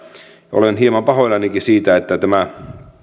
olen hieman pahoillanikin siitä että tämä